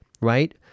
right